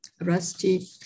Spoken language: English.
rusty